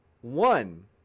one –